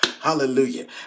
hallelujah